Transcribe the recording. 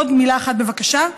עוד מילה אחת, בבקשה.